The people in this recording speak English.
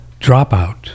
Dropout